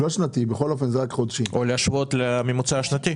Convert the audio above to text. או להשוות לממוצע השנתי.